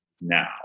now